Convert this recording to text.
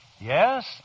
Yes